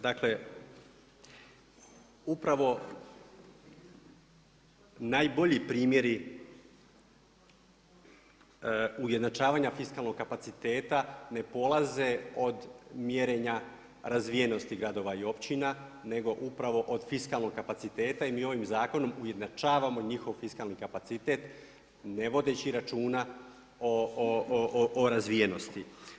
Dakle upravo najbolji primjeri ujednačavanja fiskalnog kapaciteta ne polaze od mjerenja razvijenosti gradova i općina nego upravo od fiskalnog kapaciteta i mi ovim zakonom ujednačavamo njihov fiskalni kapacitet ne vodeći računa o razvijenosti.